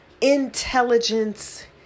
intelligence